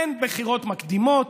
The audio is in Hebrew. אין בחירות מקדימות,